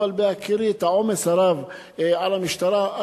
ובהכירי את העומס הרב על המשטרה אני